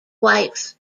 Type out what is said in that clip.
wife